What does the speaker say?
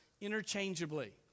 interchangeably